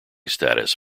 status